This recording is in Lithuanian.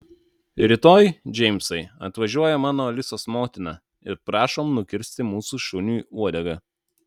rytoj džeimsai atvažiuoja mano alisos motina ir prašom nukirsti mūsų šuniui uodegą